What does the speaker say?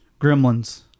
Gremlins